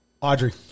Audrey